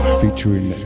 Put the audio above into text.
featuring